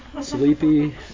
Sleepy